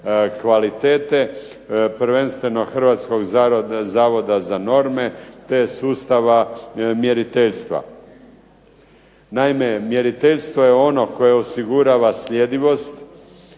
kvalitete, prvenstveno Hrvatskog zavoda za norme, te sustava mjeriteljstva. Naime, mjeriteljstvo je ono koje osigurava sljedivost,